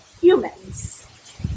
humans